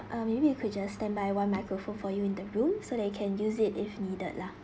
uh maybe we could just standby one microphone for you in the room so that you can use it if needed lah